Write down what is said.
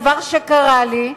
דבר שקרה לי,